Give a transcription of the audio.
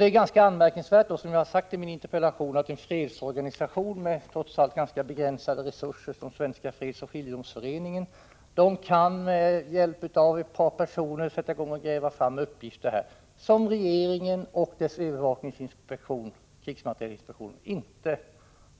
Det är ganska anmärkningsvärt att, som jag har sagt i min interpellation, en fredsorganisa tion, trots allt med ganska begränsade resurser, som Svenska fredsoch skiljedomsföreningen med hjälp av ett par personer kan gräva fram uppgifter som regeringen och dess övervakningsinspektion, krigsmaterielinspektionen, inte